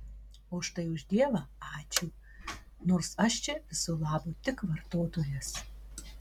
o štai už dievą ačiū nors aš čia viso labo tik vartotojas